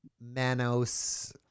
Manos